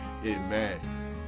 Amen